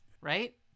right